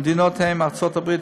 המדינות הן:ארצות הברית,